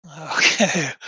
Okay